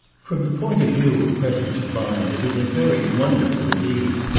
from the point of view of presence of mind it had been very wonderful indeed,